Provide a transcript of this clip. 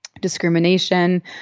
discrimination